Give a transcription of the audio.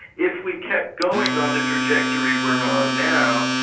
if we kept going on the trajectory we're on now,